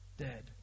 dead